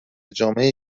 جامعهای